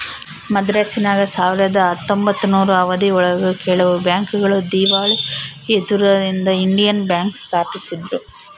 ಮದ್ರಾಸಿನಾಗ ಸಾವಿರದ ಹತ್ತೊಂಬತ್ತನೂರು ಅವಧಿ ಒಳಗ ಕೆಲವು ಬ್ಯಾಂಕ್ ಗಳು ದೀವಾಳಿ ಎದ್ದುದರಿಂದ ಇಂಡಿಯನ್ ಬ್ಯಾಂಕ್ ಸ್ಪಾಪಿಸಿದ್ರು